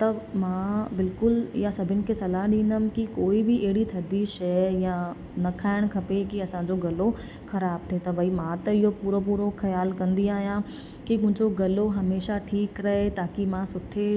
त मां बिल्कुलु ईअं सभिनि खे सलाहु ॾींदमि की कोई बि अहिड़ी थधी शइ या न खाइण खपे कि असांजो गलो ख़राब थे त भई मां त इहो पूरो पूरो ख़्यालु कंदी आहियां की मुंहिंजो गलो हमेशह ठीकु रहे ताकी मां सुठे